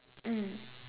mm